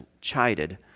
chided